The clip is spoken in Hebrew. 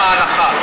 גם במהלכה.